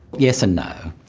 yes and no,